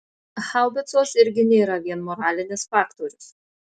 haubicos irgi nėra vien moralinis faktorius